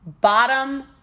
Bottom